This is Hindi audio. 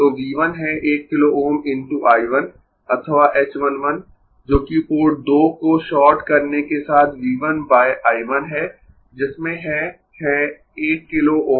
तो V 1 है 1 किलो Ω × I 1 अथवा h 1 1 जो कि पोर्ट 2 को शॉर्ट करने के साथ V 1 बाय I 1 है जिसमें है है 1 किलो Ω